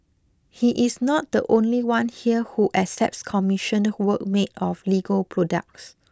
he is not the only one here who accepts commissioned work made of Lego products